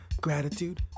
gratitude